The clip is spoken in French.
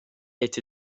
été